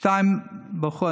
שניים ברחו.